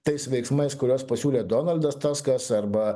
tais veiksmais kuriuos pasiūlė donaldas taskas arba